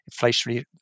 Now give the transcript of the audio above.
inflationary